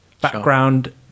background